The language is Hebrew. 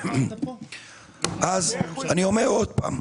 אני אומר עוד פעם,